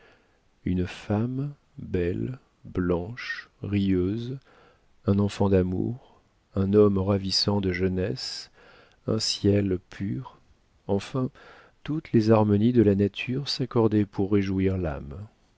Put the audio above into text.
une femme belle blanche rieuse un enfant d'amour un homme ravissant de jeunesse un ciel pur enfin toutes les harmonies de la nature s'accordaient pour réjouir l'âme